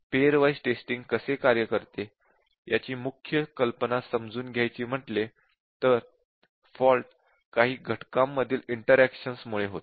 pair wise testing कसे कार्य करते याची मुख्य कल्पना समजून घ्यायची म्हटले तर फॉल्ट काही घटकांमधील इन्टरैक्शन होतो